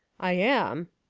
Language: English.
i am,